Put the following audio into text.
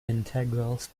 integrals